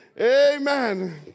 Amen